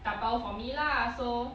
dabao for me lah so